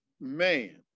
man